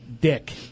Dick